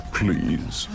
please